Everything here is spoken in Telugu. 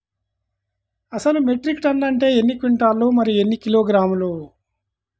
అసలు మెట్రిక్ టన్ను అంటే ఎన్ని క్వింటాలు మరియు ఎన్ని కిలోగ్రాములు?